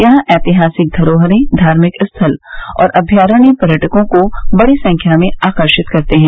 यहां ऐतिहासिक धरोहरें धार्मिक स्थल और अभ्यारण्य पर्यटकों को बड़ी संख्या में आकर्षित करते हैं